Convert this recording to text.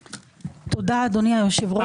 תודה, אדוני היושב ראש.